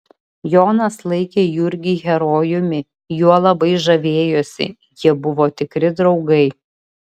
jonas laikė jurgį herojumi juo labai žavėjosi jie buvo tikri draugai